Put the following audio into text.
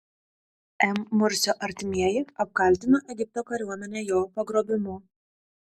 m mursio artimieji apkaltino egipto kariuomenę jo pagrobimu